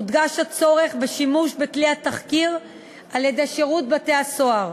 הודגש הצורך בשימוש בכלי התחקיר על-ידי שירות בתי-הסוהר.